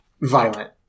violent